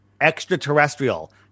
Extraterrestrial